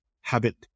habit